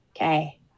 Okay